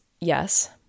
yes